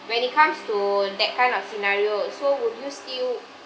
when it comes to that kind of scenario so would you still